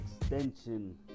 extension